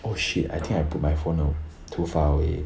oh shit I think I put my phone uh too far away